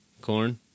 Corn